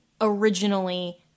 originally